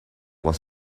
was